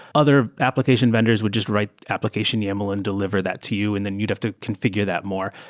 other application vendors would just write application yaml and deliver that to you and then you'd have to confi gure that more.